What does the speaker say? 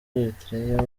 eritrea